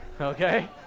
Okay